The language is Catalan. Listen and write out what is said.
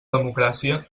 democràcia